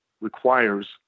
requires